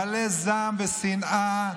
מלא זעם ושנאה,